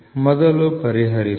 ಮೊದಲು ಪರಿಹರಿಸೋಣ